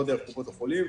לא דרך קופות החולים.